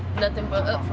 nothing but up from